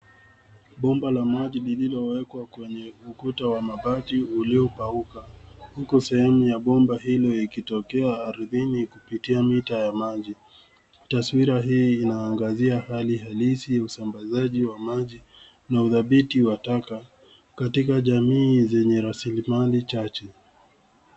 Bomba la maji lililowekwa kwenye ukuta wa mabati uliokauka. Huku sehemu ya bomba hilo ikitokea ardhini kupitia mita ya maji. Taswira hii inaangazia hali halisi ya usambazaji wa maji na udhabiti wa taka katika jamii zenye rasilimali chache.